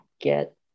get